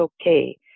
okay